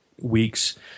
weeks